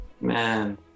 Man